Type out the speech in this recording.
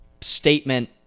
statement